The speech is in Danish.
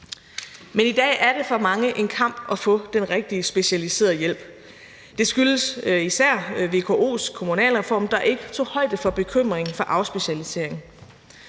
Men i dag er det for mange en kamp at få den rigtige specialiserede hjælp. Det skyldes især VKO's kommunalreform, der ikke tog højde for bekymringen for afspecialisering.